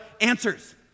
answers—